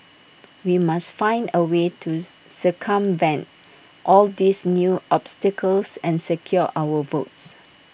we must find A way to circumvent all these new obstacles and secure our votes